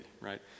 right